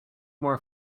more